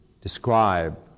describe